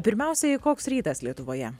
pirmiausiai koks rytas lietuvoje